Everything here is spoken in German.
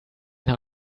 nach